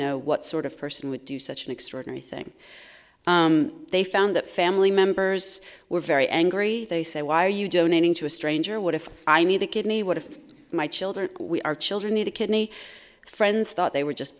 know what sort of person would do such an extraordinary thing they found that family members were very angry they say why are you donating to a stranger what if i need a kidney what if my children we our children need a kidney friends thought they were just